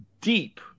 deep